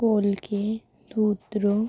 কলকে ধুতুরা